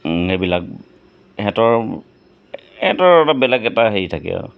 এইবিলাক ইহঁতৰ সিহঁতৰ এটা বেলেগ এটা হেৰি থাকে আৰু